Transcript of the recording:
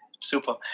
Super